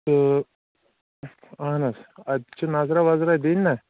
تہٕ اہن حظ اَتہِ چھُ نظرا وَظرا دِنۍ نہ